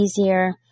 easier